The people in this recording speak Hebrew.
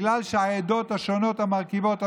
בגלל שהעדות השונות המרכיבות אותה,